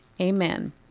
Amen